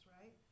right